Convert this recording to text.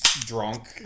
drunk